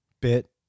bit